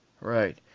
Right